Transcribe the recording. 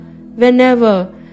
whenever